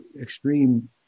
extreme